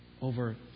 over